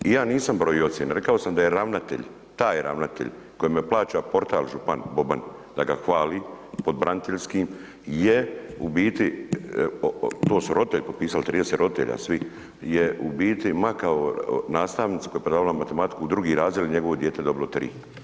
I ja nisam brojio ocjene rekao sam da je ravnatelj, taj ravnatelj kojeme plaća portal župan Boban da ga hvali pod braniteljskim je u biti, to su roditelji potpisali, 30 roditelja svi, je u biti makao nastavnicu koja je predavala matematiku u drugi razred, njegovo dijete dobilo tri.